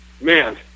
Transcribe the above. man